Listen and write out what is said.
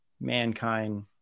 mankind